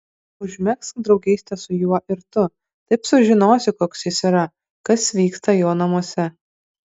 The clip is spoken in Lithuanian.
užmegzk draugystę su juo ir tu taip sužinosi koks jis yra kas vyksta jo namuose